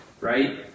Right